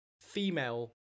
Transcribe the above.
female